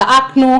זעקנו,